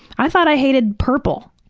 i thought i hated purple.